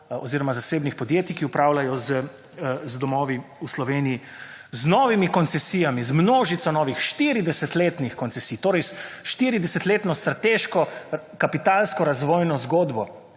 oziroma zasebnih podjetij, ki upravljajo z domovi v Sloveniji, z novimi koncesijami, z množico novih, 40-letnih koncesij, torej s 40 letno strateško, kapitalsko razvojno zgodbo,